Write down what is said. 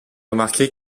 remarquer